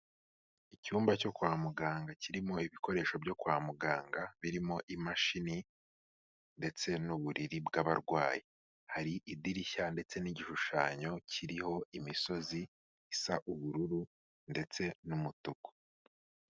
Icyumba cyo kwa muganga kirimo ibikoresho byo kwa muganga birimo imashini ndetse n'uburiri bw'abarwayi, hari idirishya ndetse n'igishushanyo kiriho imisozi isa ubururu ndetse n'umutuku.